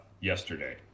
yesterday